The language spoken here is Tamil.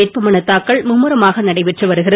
வேட்புமனு தாக்கல் மும்முரமாக நடைபெற்று வருகிறது